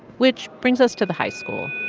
which brings us to the high school